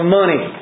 money